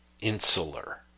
insular